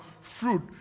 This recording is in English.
fruit